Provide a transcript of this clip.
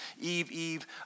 Eve-Eve